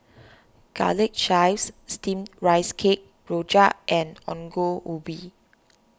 Garlic Chives Steamed Rice Cake Rojak and Ongol Ubi